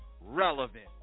relevant